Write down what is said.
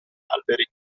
alberi